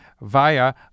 via